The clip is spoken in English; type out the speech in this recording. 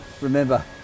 Remember